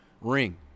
ring